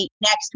next